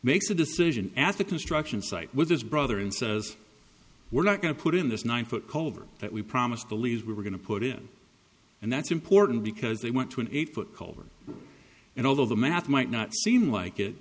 a decision as a construction site with his brother and says we're not going to put in this nine foot culvert that we promised the leaders we were going to put in and that's important because they went to an eight foot culvert and although the math might not seem like it